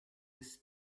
his